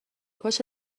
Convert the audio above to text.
کاش